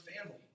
family